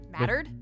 Mattered